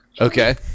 okay